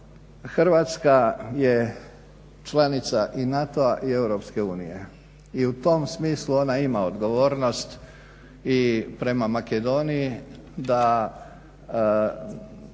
Hrvatska je članica i NATO-a i EU i u tom smislu ona ima odgovornost i prema Makedoniji da